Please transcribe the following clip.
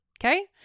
Okay